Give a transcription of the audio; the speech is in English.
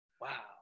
wow